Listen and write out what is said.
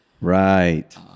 Right